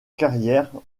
carrière